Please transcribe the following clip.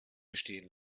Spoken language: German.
bestehen